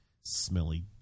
smelly